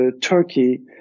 Turkey